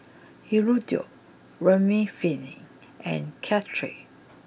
Hirudoid Remifemin and Caltrate